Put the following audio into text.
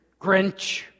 Grinch